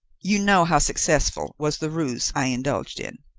you know how successful was the ruse i indulged in.